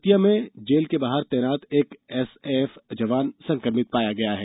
दतिया में जेल के बाहर तैनात एक एसएएफ जवान संक्रमित पाया गया है